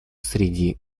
среди